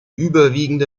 überwiegende